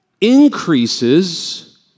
increases